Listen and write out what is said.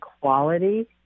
quality